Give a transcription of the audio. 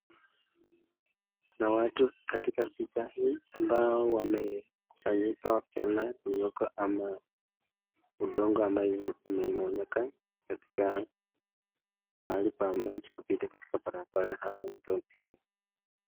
Kuna watu katika picha hii ambao wamekusanyika wakiona mmonyoko ama udongo ambayo imeingoleka katika mahali pa maji kupita katika barabarani.